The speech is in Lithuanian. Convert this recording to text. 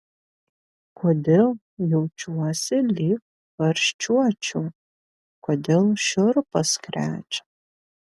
kodėl jaučiuosi lyg karščiuočiau kodėl šiurpas krečia